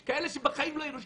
יש כאלה שמעולם לא עישנו,